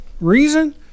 reason